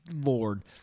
lord